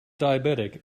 diabetic